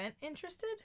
interested